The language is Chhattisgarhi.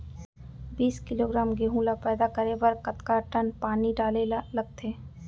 बीस किलोग्राम गेहूँ ल पैदा करे बर कतका टन पानी डाले ल लगथे?